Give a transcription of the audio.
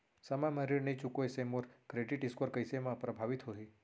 समय म ऋण नई चुकोय से मोर क्रेडिट स्कोर कइसे म प्रभावित होही?